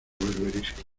berberisca